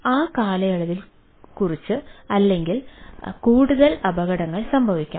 ആ കാലയളവിൽ കുറച്ച് അല്ലെങ്കിൽ കൂടുതൽ അപകടങ്ങൾ സംഭവിച്ചിരിക്കാം